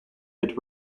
hit